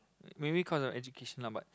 maybe cause of education ah but